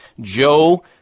Joe